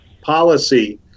policy